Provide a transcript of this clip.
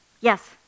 Yes